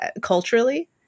culturally